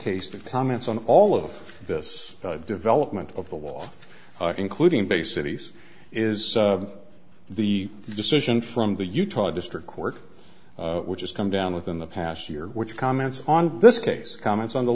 taste of comments on all of this development of the wall including bay city is the decision from the utah district court which has come down within the past year which comments on this case comments on the